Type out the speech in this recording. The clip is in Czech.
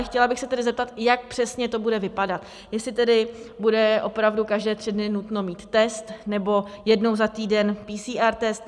Chtěla bych se tedy zeptat, jak přesně to bude vypadat, jestli tedy bude opravdu každé tři dny nutno mít test nebo jednou za týden PCR test.